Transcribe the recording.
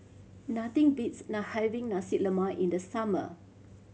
nothing beats having Nasi Lemak in the summer